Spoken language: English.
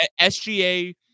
SGA